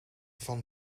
van